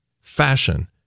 Fashion